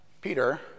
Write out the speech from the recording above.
Peter